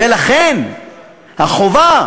ולכן החובה,